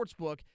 Sportsbook